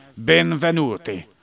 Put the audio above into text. Benvenuti